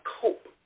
cope